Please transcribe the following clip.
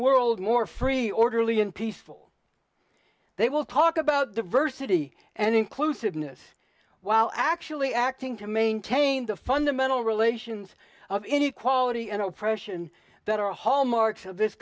world more free orderly and peaceful they will talk about diversity and inclusiveness while actually acting to maintain the fundamental relations of inequality and oppression that are hallmarks of this